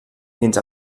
dins